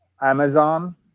Amazon